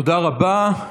תודה רבה.